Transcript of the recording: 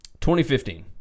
2015